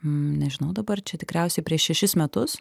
nežinau dabar čia tikriausiai prieš šešis metus